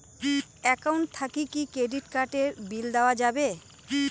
Account থাকি কি credit card এর বিল দেওয়া যাবে?